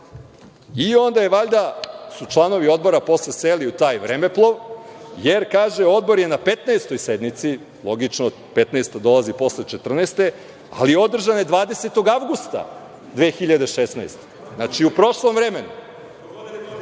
Onda su valjda članovi odbori posle seli u taj vremeplov, jer kaže – odbor je na 15. sednici, logično, 15. dolazi posle 14, ali održane 20. avgusta 2016. godine. Znači, u prošlom vremenu! Oni